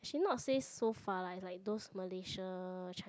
actually not say so far lah it's like those Malaysia